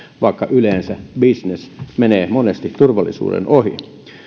vaikka bisnes menee monesti turvallisuuden ohi